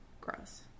Gross